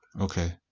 Okay